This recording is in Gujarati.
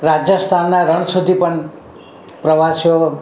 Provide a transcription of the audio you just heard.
રાજસ્થાનના રણ સુધી પણ પ્રવાસીઓ